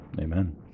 Amen